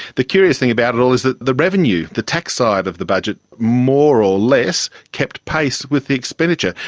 the curious thing about it all is that the revenue, the tax side of the budget more or less kept pace with the expenditure.